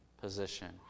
position